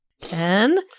Ten